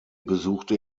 besuchte